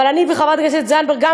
אבל אני וחברת הכנסת זנדברג,